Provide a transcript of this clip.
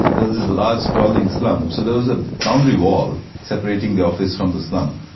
there is this large sprawling slum. so there was a boundary wall separating the office from the slum,